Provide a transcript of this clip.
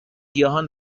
گیاهان